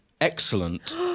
excellent